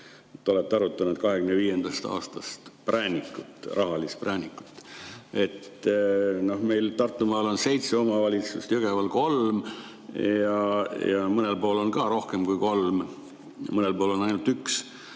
olete arutanud 2025. aastast, rahalist präänikut. No meil Tartumaal on seitse omavalitsust, Jõgeval kolm ja mõnel pool on rohkem kui kolm, aga mõnel pool on ainult üks.